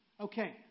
Okay